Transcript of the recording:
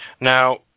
Now